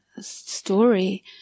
story